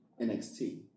NXT